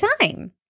time